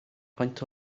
peint